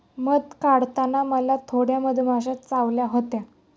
मध काढताना मला थोड्या मधमाश्या चावल्या होत्या